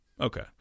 Okay